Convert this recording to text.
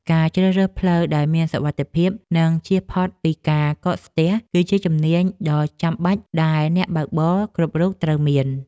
ការជ្រើសរើសផ្លូវដែលមានសុវត្ថិភាព និងជៀសផុតពីការកកស្ទះ គឺជាជំនាញដ៏ចាំបាច់ដែលអ្នកបើកបរគ្រប់រូបត្រូវមាន។